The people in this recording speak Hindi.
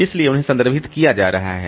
इसलिए उन्हें संदर्भित किया जा रहा है